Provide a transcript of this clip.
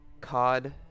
COD